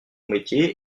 métier